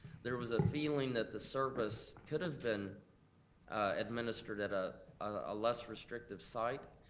there was a feeling that the service could have been administered at ah a less-restrictive site,